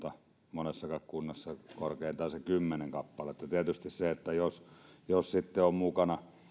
monessakaan kunnassa kuin korkeintaan se kymmenen kappaletta tietysti se että jos on mukana